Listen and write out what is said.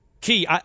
Key